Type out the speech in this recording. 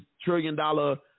trillion-dollar